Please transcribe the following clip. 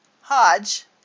Hodge